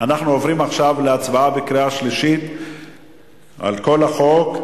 אנחנו עוברים להצבעה בקריאה שלישית על כל החוק,